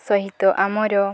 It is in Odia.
ସହିତ ଆମର